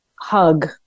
hug